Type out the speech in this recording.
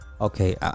okay